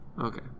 Okay